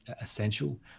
essential